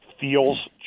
feels